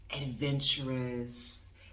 adventurous